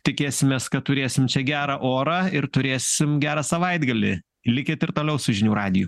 tikėsimės kad turėsim gerą orą ir turėsim gerą savaitgalį likit ir toliau su žinių radiju